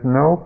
no